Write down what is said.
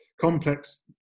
complex